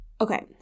Okay